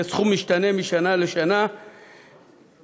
הצעת החוק שמונחת היום לפנינו להצבעה בקריאה ראשונה נועדה לתקן